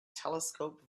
telescope